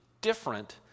different